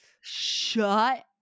Shut